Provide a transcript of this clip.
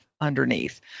underneath